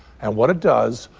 and what it does,